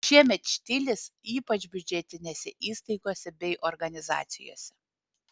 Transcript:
šiemet štilis ypač biudžetinėse įstaigose bei organizacijose